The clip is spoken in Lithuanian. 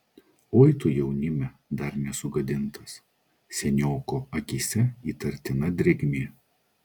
oi tu jaunime dar nesugadintas senioko akyse įtartina drėgmė